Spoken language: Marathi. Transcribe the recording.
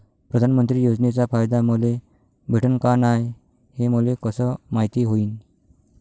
प्रधानमंत्री योजनेचा फायदा मले भेटनं का नाय, हे मले कस मायती होईन?